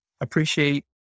appreciate